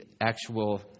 actual